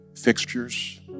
fixtures